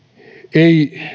ei